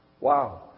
Wow